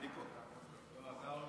כבוד היושב-ראש,